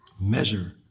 Measure